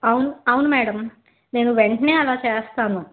అవును అవును మేడం నేను వెంటనే అలా చేస్తాను